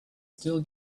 still